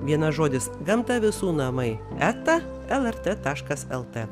vienas žodis gamta visų namai eta lrt taškas lt